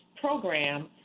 program